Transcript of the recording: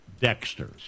Dexters